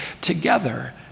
together